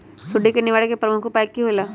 सुडी के निवारण के प्रमुख उपाय कि होइला?